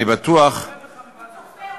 אני בטוח, הוא רואה אותך מבעד למסך.